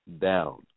down